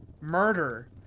murder